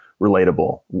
relatable